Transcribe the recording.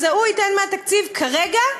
אז "הוא ייתן מהתקציב", כרגע,